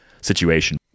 situation